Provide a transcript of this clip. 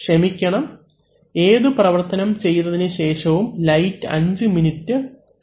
ക്ഷമിക്കണം ഏതു പ്രവർത്തനം ചെയ്തതിനു ശേഷവും ലൈറ്റ് 5 മിനിട്ട് തെളിഞ്ഞു കിടക്കണം